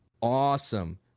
awesome